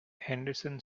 henderson